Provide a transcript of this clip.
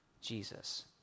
Jesus